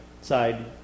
side